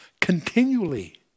continually